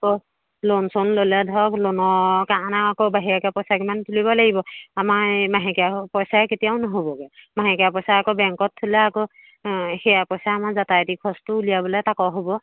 অ loan চন ল'লে ধৰক ল'নৰ কাৰণে আকৌ বাহিৰাকৈ পইচা কিমান তুলিব লাগিব আমাৰ মাহেকীয়া পইচাই কেতিয়াও নহ'বগৈ মাহেকীয়া পইচাই আকৌ বেংকত থ'লে আকৌ সেয়া পইচাই আমাৰ যাতায়তী খৰচটোও উলিয়াবলৈ তাকৰ হ'ব